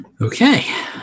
Okay